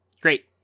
great